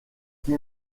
qui